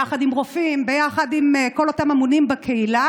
יחד עם רופאים וכל אותם גורמים שאמונים בקהילה,